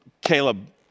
Caleb